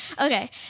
Okay